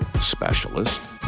specialist